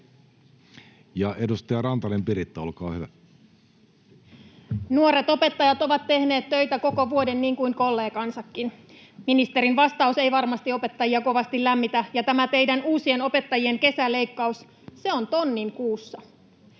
Edustaja Rantanen, Piritta, olkaa hyvä. Nuoret opettajat ovat tehneet töitä koko vuoden, niin kuin kollegansakin. Ministerin vastaus ei varmasti opettajia kovasti lämmitä, ja tämä teidän uusien opettajien kesäleikkaus on tonnin kuussa.